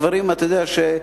והדברים שאתה יודע,